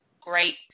great